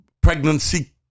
pregnancy